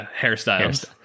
hairstyles